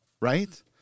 right